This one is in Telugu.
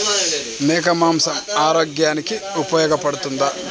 మేక మాంసం ఆరోగ్యానికి ఉపయోగపడుతుందా?